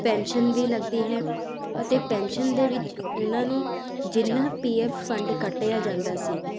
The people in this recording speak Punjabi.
ਪੈਨਸ਼ਨ ਵੀ ਲੱਗਦੀ ਹੈ ਅਤੇ ਪੈਨਸ਼ਨ ਦੇ ਵਿੱਚ ਉਹਨਾਂ ਨੂੰ ਜਿੰਨਾ ਪੀਐਫ ਫੰਡ ਕੱਟਿਆ ਜਾਂਦਾ ਸੀ